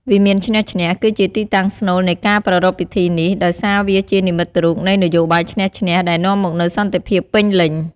វិមានឈ្នះ-ឈ្នះ គឺជាទីតាំងស្នូលនៃការប្រារព្ធពិធីនេះ ដោយសារវាជានិមិត្តរូបនៃនយោបាយឈ្នះ-ឈ្នះ ដែលនាំមកនូវសន្តិភាពពេញលេញ។